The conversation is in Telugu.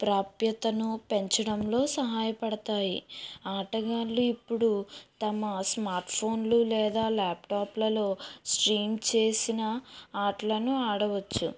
ప్రాప్యతను పెంచడంలో సహాయపడతాయి ఆటగాళ్ళు ఇప్పుడు తమ స్మార్ట్ ఫోన్లు లేదా ల్యాప్టాప్ లలో స్ట్రీమ్ చేసిన ఆటలను ఆడవచ్చు